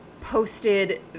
posted